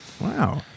Wow